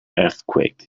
earthquake